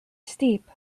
steep